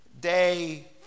Day